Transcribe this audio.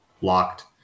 locked